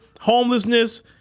Homelessness